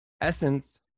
essence